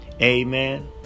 Amen